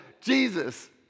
Jesus